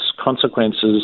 consequences